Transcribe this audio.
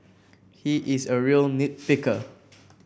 he is a real nit picker